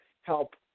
help